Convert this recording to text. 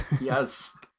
Yes